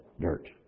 dirt